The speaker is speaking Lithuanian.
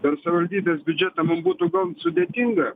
per savivaldybės biudžetą mum būtų gan sudėtinga